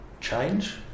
change